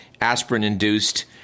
aspirin-induced